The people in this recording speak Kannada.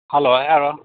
ಹಲೋ ಯಾರು